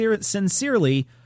sincerely